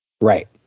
Right